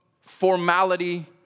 formality